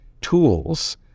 tools